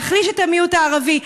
להחליש את המיעוט הערבי,